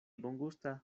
bongusta